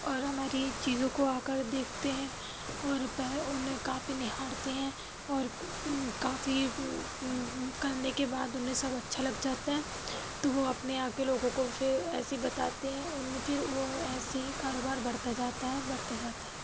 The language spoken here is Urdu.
اور ہماری چیزوں کو آ کر دیکھتے ہیں اور پہ اُنہیں کافی نہارتے ہیں اور کافی کرنے کے بعد اُنہیں سب اچھا لگ جاتا ہے تو وہ اپنے یہاں کے لوگوں کو پھر ایسے ہی بتاتے ہیں اُن پھر وہ ایسے ہی کاروبار بڑھتا جاتا ہے بڑھتا جاتا ہے